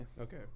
Okay